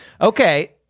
Okay